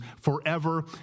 forever